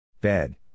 Bed